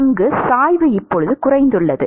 அங்கு சாய்வு இப்போது குறைந்துள்ளது